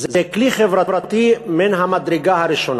זה כלי חברתי מן המדרגה הראשונה.